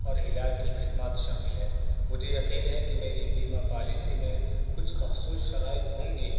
اور علاج کی خدمات شامل ہے مجھے یقین ہے کہ میری بیمہ پالیسی میں کچھ مخصوص شرائط ہوں گی